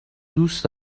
دوست